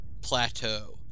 plateau